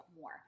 more